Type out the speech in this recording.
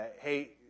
Hey